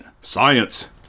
science